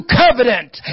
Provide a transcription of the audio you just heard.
covenant